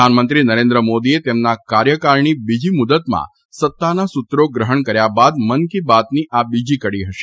પ્રધાનમંત્રી નરેન્દ્ર મોદીએ તેમના કાર્યકાળની બીજી મુદ્દતમાં સત્તાના સૂત્રો ગ્રહણ કર્યા બાદ મન કી બાતની આ બીજી કડી હશે